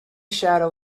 shadow